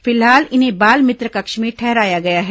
फिलहाल इन्हें बाल मित्र कक्ष में ठहराया गया है